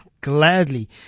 gladly